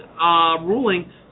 ruling